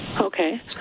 Okay